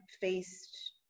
faced